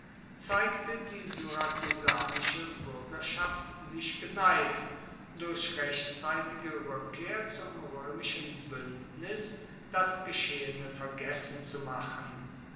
zeigte die syrakusanische buergerschaft sich geneigt durch rechtzeitige rueckkehr zum roemischen buendnis das geschehene vergessen zu machen